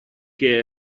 che